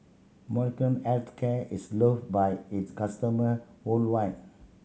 Molnylcke Health Care is loved by its customer worldwide